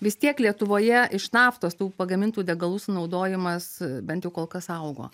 vis tiek lietuvoje iš naftos tų pagamintų degalų sunaudojimas bent jau kol kas augo